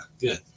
good